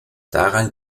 daran